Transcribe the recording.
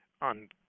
on